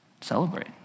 celebrate